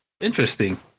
interesting